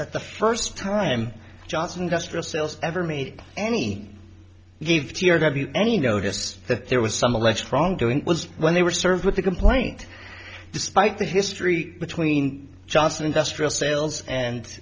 that the first time johnson industrial sales ever made any gave any notice that there was some alleged wrongdoing was when they were served with the complaint despite the history between johnson industrial sales and